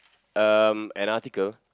um an article